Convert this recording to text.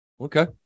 Okay